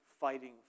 fighting